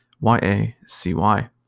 Y-A-C-Y